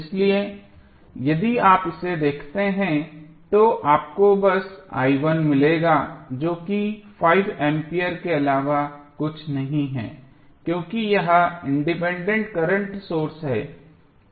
इसलिए यदि आप इसे देखते हैं तो आपको बस मिलेगा जो की 5 एम्पीयर के अलावा कुछ नहीं है क्योंकि यह इंडिपेंडेंट करंट सोर्स है